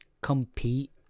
compete